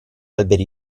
alberi